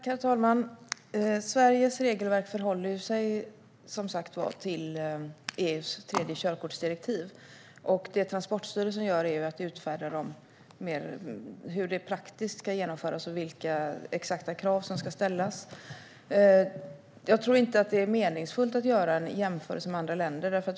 Herr talman! Sveriges regelverk förhåller sig som sagt till EU:s tredje körkortsdirektiv. Transportstyrelsen ansvarar för hur det praktiskt ska genomföras och vilka exakta krav som ska ställas. Jag tror inte att det är meningsfullt att göra en jämförelse med andra länder.